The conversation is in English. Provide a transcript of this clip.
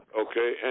Okay